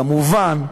כמובן,